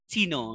Sino